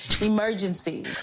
emergency